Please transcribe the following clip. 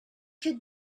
could